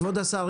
כבוד השר,